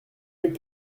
mieux